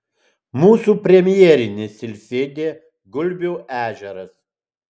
mūsų premjerinis silfidė gulbių ežeras